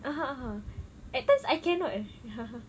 (uh huh) !huh! at times I cannot eh